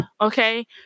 okay